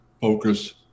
focus